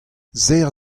serr